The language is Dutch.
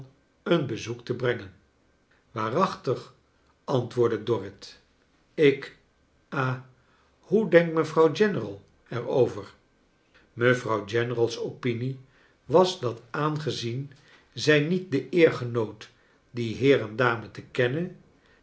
een bezoek te brengen waarachtig antwoordde dorrit ik ha hoe denkt mevrouw general er oyer mevrouw general's opinie was dat aangezien zij niet de eer genoot dien heer en dame te kennen